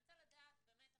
אני רוצה לדעת באמת עכשיו,